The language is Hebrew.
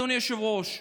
אדוני היושב-ראש,